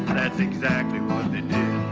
that's exactly what they did.